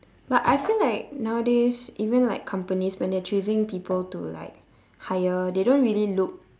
but I feel like nowadays even like companies when they're choosing people to like hire they don't really look